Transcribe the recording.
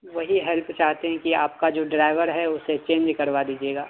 وہی ہیلپ چاہتے ہیں کہ آپ کا جو ڈرائیور ہے اسے چینج کروا دیجیے گا